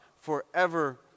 forever